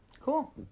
Cool